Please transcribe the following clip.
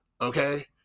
okay